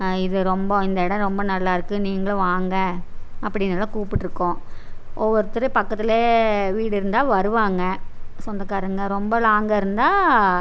இது ரொம்ப இந்த இடம் ரொம்ப நல்லா இருக்குது நீங்களும் வாங்க அப்படினெல்லாம் கூப்பிட்டுருக்கோம் ஒவ்வொருத்தர் பக்கத்தில் வீடு இருந்தால் வருவாங்க சொந்தக்காரங்க ரொம்ப லாங்காக இருந்தால்